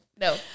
No